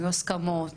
היו הסכמות,